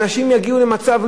אנשים יגיעו למצב,